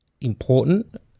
Important